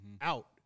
out